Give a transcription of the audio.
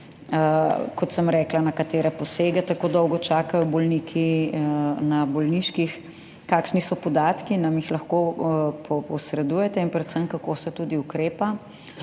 na katere posege tako dolgo čakajo bolniki na bolniških? Kakšni so podatki? Nam jih lahko posredujete? Predvsem pa, kako se ukrepa